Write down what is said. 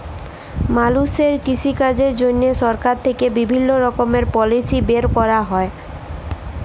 মালুষের কৃষিকাজের জন্হে সরকার থেক্যে বিভিল্য রকমের পলিসি বের ক্যরা হ্যয়